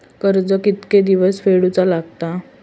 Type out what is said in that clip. कर्ज कितके दिवसात फेडूचा लागता?